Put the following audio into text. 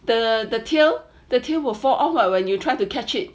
the the tail the tail will fall off when you try to catch it